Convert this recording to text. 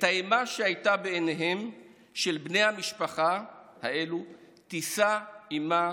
את האימה שהייתה בעיניהם של בני המשפחה האלה תישא עימה